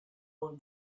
own